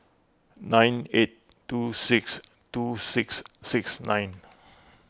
nine eight two six two six six nine